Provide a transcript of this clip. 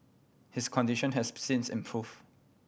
his condition has since improved